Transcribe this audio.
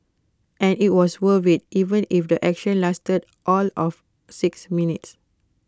and IT was worth IT even if the action lasted all of six minutes